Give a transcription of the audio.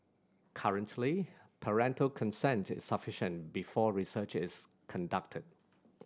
currently parental consent is sufficient before research is conducted